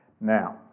Now